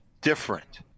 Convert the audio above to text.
different